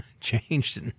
changed